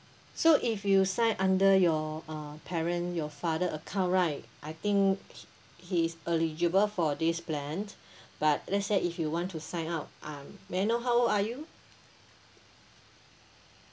so if you sign under your uh parent your father account right I think he he is eligible for this plan but let's say if you want to sign up um may I know how old are you